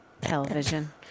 television